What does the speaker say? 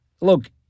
look